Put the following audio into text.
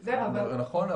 זה נכון.